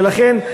ולכן,